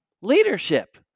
leadership